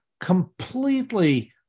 completely